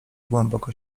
głęboko